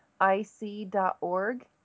IC.org